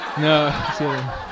no